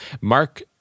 Mark